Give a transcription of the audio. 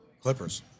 Clippers